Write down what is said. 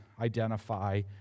identify